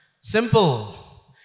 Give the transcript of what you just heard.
Simple